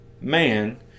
man